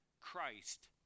Christ